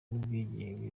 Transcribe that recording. n’ubwigenge